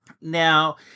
Now